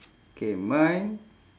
K mine